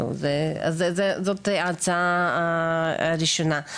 זאת ההצעה הראשונה.